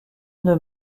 une